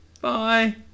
bye